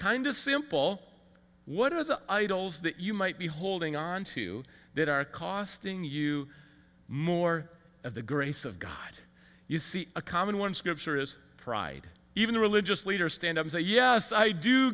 kind of simple what are the idols that you might be holding onto that are costing you more of the grace of god you see a common one scripture is pride even religious leaders stand up and say yes i do